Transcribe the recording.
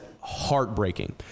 heartbreaking